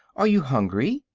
are you hungry?